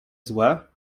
złe